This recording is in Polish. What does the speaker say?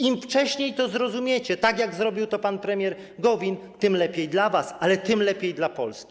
Im wcześniej to zrozumiecie, tak jak zrobił to pan premier Gowin, tym lepiej dla was, ale też lepiej dla Polski.